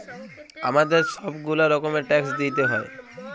আমাদের ছব গুলা রকমের ট্যাক্স দিইতে হ্যয়